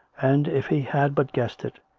and, if he had but guessed it,